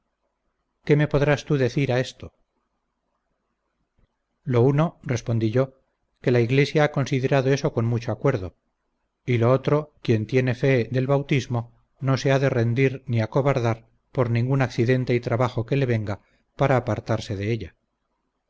qué me podrás tú decir a esto lo uno respondí yo que la iglesia ha considerado eso con mucho acuerdo y lo otro quien tiene fe del bautismo no se ha de rendir ni acobardar por ningún accidente y trabajo que le venga para apartarse de ella